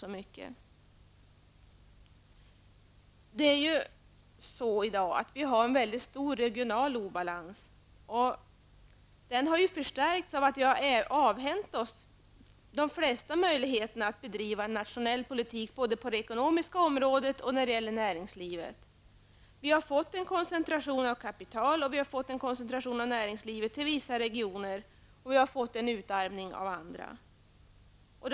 Vi har i dag en stor regional obalans i Sverige, och den obalansen har förstärkts av att vi har avhänt oss de flesta möjligheterna att föra en nationell politik både på det ekonomiska området och i fråga om näringslivet. Vi har fått en koncentration av kapital och näringsliv till vissa regioner samtidigt som andra regioner har utarmats.